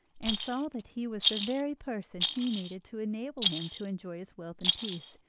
and saw that he was the very person he needed to enable him to enjoy his wealth in peace,